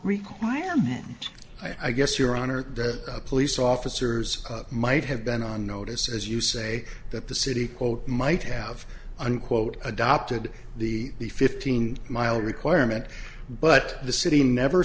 requirement i guess your honor that police officers might have been on notice as you say that the city quote might have unquote adopted the the fifteen mile requirement but the city never